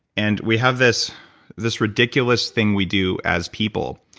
and we have this this ridiculous thing we do as people,